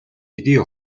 хэдийн